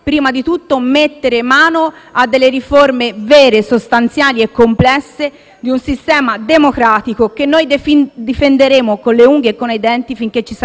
di un sistema democratico, che noi difenderemo con le unghie e con i denti finché ci sarà data la possibilità.